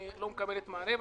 לא מקבלת מענה.